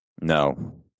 No